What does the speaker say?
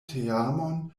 teamon